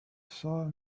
saw